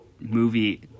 movie